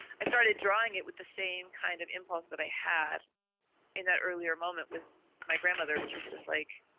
i started drawing it with the same kind of impulse that i had in that earlier moment with my grandmother, which was just like,